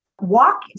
Walk